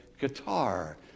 guitar